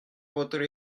votre